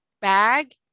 bag